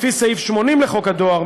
לפי סעיף 80 לחוק הדואר,